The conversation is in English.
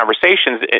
conversations